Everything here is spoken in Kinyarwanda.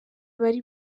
bari